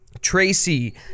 Tracy